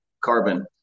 carbon